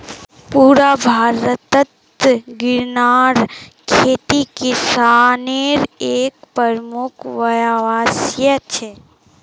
पुरा भारतत गन्नार खेती किसानेर एक प्रमुख व्यवसाय छे